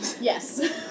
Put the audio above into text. Yes